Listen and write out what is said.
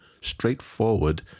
straightforward